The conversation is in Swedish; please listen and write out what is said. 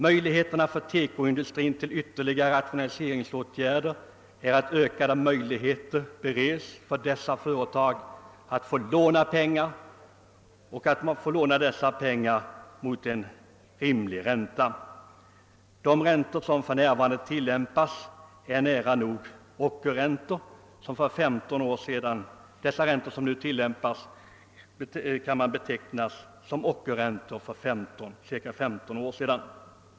För att TEKO-industrin skall kunna ”företaga ytterligare rationaliseringsåt gärder är det nödvändigt att denna industri bereds ökade möjligheter att låna pengar mot en rimlig ränta. De räntor som för närvarande tillämpas skulle för 15 år sedan ha betecknats som rena ockerräntor.